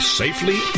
safely